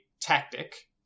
tactic